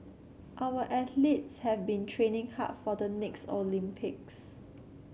our athletes have been training hard for the next Olympics